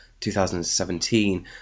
2017